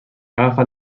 agafat